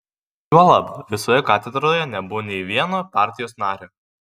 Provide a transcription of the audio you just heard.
juolab visoje katedroje nebuvo nė vieno partijos nario